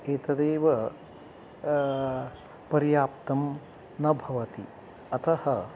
एतदेव पर्याप्तं न भवति अतः